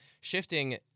shifting